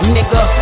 Nigga